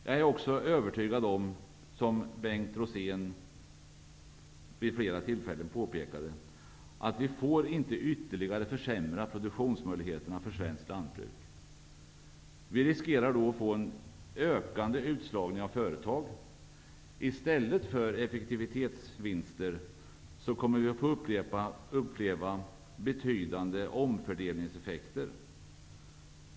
Jag är också övertygad om, som Bengt Rosén vid flera tillfällen påpekade, att vi inte ytterligare får försämra produktionsmöjligheterna för svenskt lantbruk. Vi riskerar då att få en ökande utslagning av företag. I stället för effektivitetsvinster, kommer vi att få uppleva betydande omfördelningseffekter.